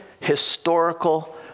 historical